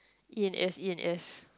E_N_S E_N_S